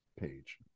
Page